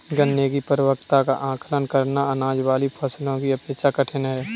गन्ने की परिपक्वता का आंकलन करना, अनाज वाली फसलों की अपेक्षा कठिन है